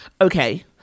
Okay